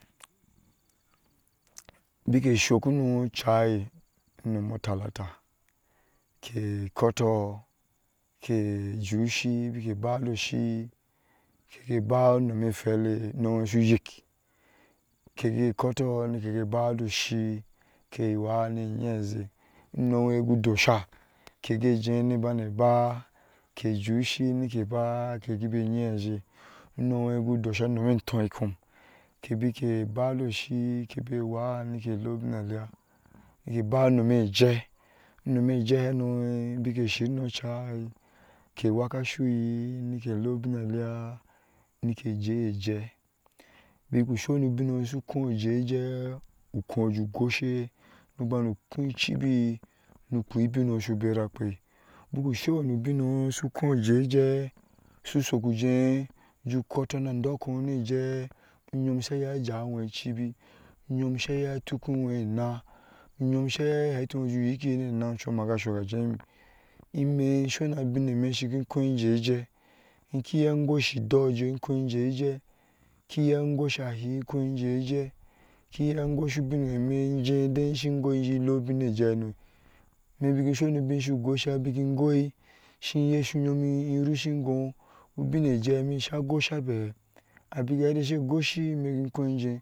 Beke suk no chai unumi talata ke kɔɔtoh ke jen shi beke ba do shi ke gai ba unumi hweŋle inumi ye suyik ke gai kɔɔtoh ba do shi ke wah ni yan jen unumi ye gu dosa ke gai jen ni bani ba ke jun shi nike ba be yaŋ jey unumi yi gu dosa unumi tohkom ke beke ba doshi be wah nike lebiŋlaya ke gai ba unumi jai, unumi jaihenu beki shir nuchai ke wake asuyir nike ilebinlaya nike jey jai buku sonu obinyɔɔ su kon jey jai ukon ju goshe mubanu kon chibi nukpeya ubinyɔɔ su bera akpe buku sheyɔɔ su kon jen na dokoyɔɔ jai su soko jey ju kotoh nijai oyom iya jawuyɔɔ ichibi oyom sa iya otokuŋ nah oyom sa iya hew jey ju uyi keye ninachum ma ga suka jey yim imi suna abinmi shiki kon jey jah ki iya goshi idɔɔjoh ikon jey jah ki iya agoshi ahe kon jey jah ki iya agoshi ubinmi jey din shi gwai jen le lebin nijahenu mibaki. sunu ubin su gosa beki gwai shi yeshi yim obinyan jah mi sa gosa bew beke she goshi mi gai kon jeyi.